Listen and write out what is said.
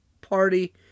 Party